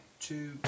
two